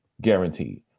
guaranteed